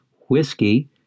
whiskey